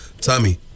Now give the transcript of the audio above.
Tommy